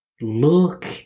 look